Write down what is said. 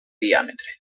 diàmetre